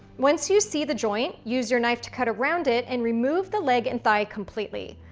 once you see the joint, use your knife to cut around it and remove the leg and thigh completely.